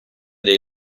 dei